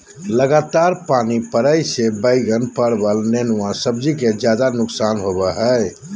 लगातार पानी पड़े से बैगन, परवल, नेनुआ सब्जी के ज्यादा नुकसान होबो हइ